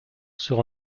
sur